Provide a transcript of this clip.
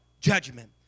judgment